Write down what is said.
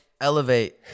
Elevate